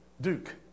duke